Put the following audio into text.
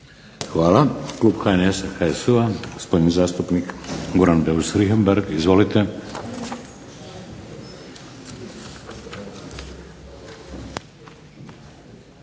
Hvala. Klub HNS-HSU-a, gospodin zastupnik Goran Beus Richembergh. Izvolite.